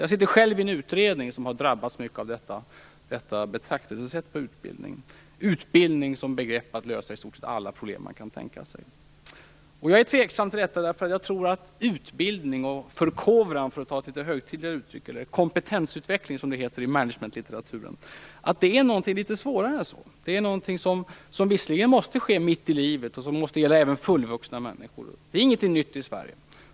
Jag sitter själv med i en utredning som har drabbats mycket av detta betraktelsesätt - att utbildning kan lösa i stort sett alla problem man kan tänka sig. Jag är tveksam till detta. Jag tror nämligen att utbildning, förkovran eller kompetensutveckling, som det heter i managementlitteraturen, är någonting svårare än så. Det måste visserligen ske mitt i livet och gälla även fullvuxna människor; det är ingenting nytt i Sverige.